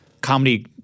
comedy –